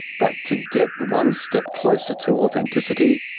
but to get one step closer to authenticity,